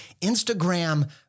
Instagram